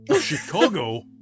Chicago